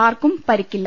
ആർക്കും പരിക്കില്ല